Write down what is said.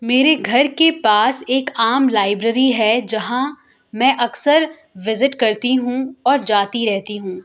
میرے گھر کے پاس ایک عام لائبریری ہے جہاں میں اکثر وزٹ کرتی ہوں اور جاتی رہتی ہوں